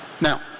Now